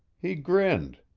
he grinned.